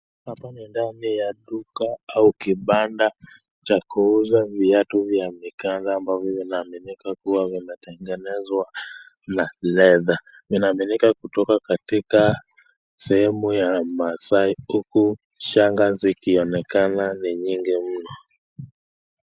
Hapa ni duka au kibanda ya kuuza viatu, vya huwa zina tengenezwa na ledha zina tumika kutoka sehemu ya maasai, huku shanga zikionekana ni mingi mno.